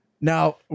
Now